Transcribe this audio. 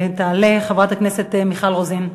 תעלה חברת הכנסת מיכל רוזין.